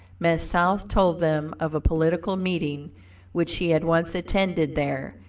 miss south told them of a political meeting which she had once attended there,